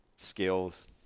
skills